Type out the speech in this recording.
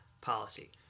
policy